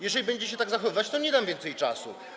Jeżeli będziecie się tak zachowywać, to nie dam więcej czasu.